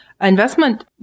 investment